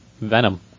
Venom